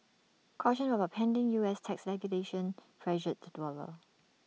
caution about pending U S tax legislation pressured the dollar